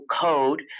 code